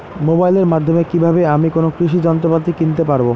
মোবাইলের মাধ্যমে কীভাবে আমি কোনো কৃষি যন্ত্রপাতি কিনতে পারবো?